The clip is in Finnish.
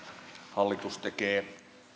hallitus tekee